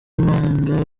manga